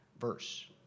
verse